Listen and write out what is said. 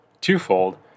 twofold